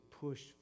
push